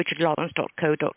RichardLawrence.co.uk